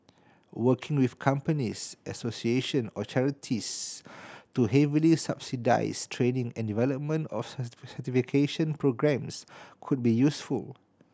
working with companies association or charities to heavily subsidise training and development of certification programmes could be useful